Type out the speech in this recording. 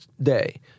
day